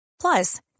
Plus